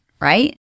right